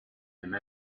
même